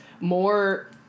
more